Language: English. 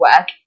work